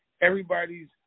everybody's